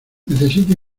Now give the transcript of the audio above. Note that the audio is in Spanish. necesito